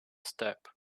step